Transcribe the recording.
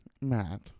Matt